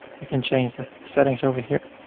you can change the settings over here.